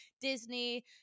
Disney